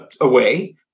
away